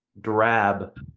drab